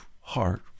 heart